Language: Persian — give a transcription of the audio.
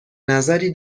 نظری